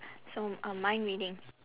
so uh mind reading